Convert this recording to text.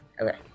Okay